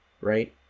right